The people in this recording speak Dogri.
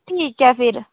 चलो ठीक ऐ फिर